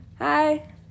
Hi